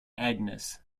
agnes